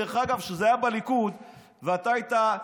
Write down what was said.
דרך אגב, כשזה היה בליכוד ואתה היית,